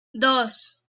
dos